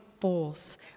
force